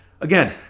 again